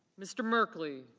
mr. markley.